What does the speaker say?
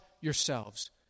yourselves